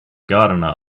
gardener